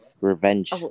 Revenge